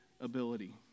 ability